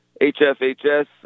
hfhs